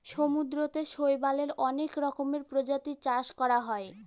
সমুদ্রতে শৈবালের অনেক রকমের প্রজাতির চাষ করা হয়